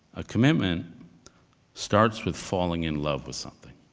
a commitment starts with falling in love with something,